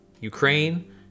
Ukraine